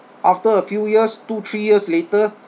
after a few years two three years later